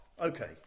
okay